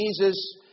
Jesus